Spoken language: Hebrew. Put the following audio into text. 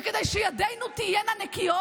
וכדי שידינו תהיינה נקיות.